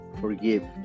forgive